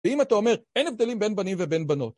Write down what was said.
ואם אתה אומר, אין הבדלים בין בנים ובין בנות.